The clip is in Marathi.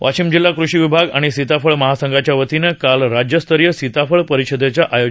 वाशिम जिल्हा कृषी विभाग आणि सीताफळ महासंघाच्या वतीनं काल राज्यस्तरीय सीताफळ परिषदेचं आयोजन केलं होत